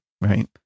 right